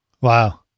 Wow